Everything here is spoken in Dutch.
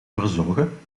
verzorgen